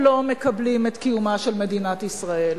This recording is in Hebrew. לא מקבלים את קיומה של מדינת ישראל,